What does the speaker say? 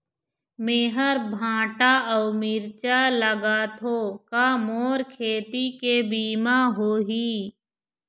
मेहर भांटा अऊ मिरचा लगाथो का मोर खेती के बीमा होही?